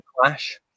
Clash